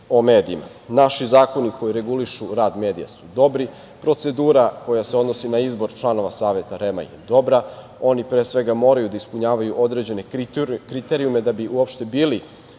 o medijima. Naši zakoni koji regulišu rad medija su dobri. Procedura koja se odnosi na izbor članova Saveta REM-a je dobra. Oni pre svega moraju da ispunjavaju određene kriterijume da bi uopšte bili